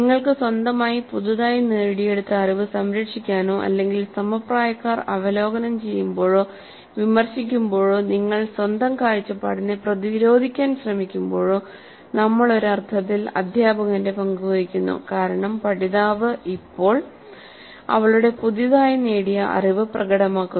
നിങ്ങൾക്ക് സ്വന്തമായി പുതുതായി നേടിയെടുത്ത അറിവ് സംരക്ഷിക്കാനോ അല്ലെങ്കിൽ സമപ്രായക്കാർ അവലോകനം ചെയ്യുമ്പോഴോ വിമർശിക്കുമ്പോഴോ നിങ്ങൾ നിങ്ങളുടെ സ്വന്തം കാഴ്ചപ്പാടിനെ പ്രതിരോധിക്കാൻ ശ്രമിക്കുമ്പോഴോ നമ്മൾ ഒരു അർത്ഥത്തിൽ അദ്ധ്യാപകന്റെ പങ്ക് വഹിക്കുന്നു കാരണം പഠിതാവ് ഇപ്പോൾ അവളുടെ പുതുതായി നേടിയ അറിവ് പ്രകടമാക്കുന്നു